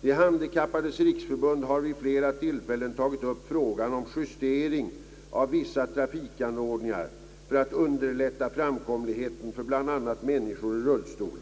De handikappades riksförbund har vid flera tillfällen tagit upp frågan om justeringar av vissa trafikanordningar för att underlätta framkomligheten för bl.a. människor i rullstol.